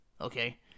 Okay